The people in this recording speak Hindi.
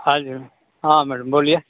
हाँ जी हाँ मैडम बोलिए